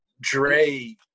Dre